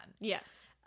yes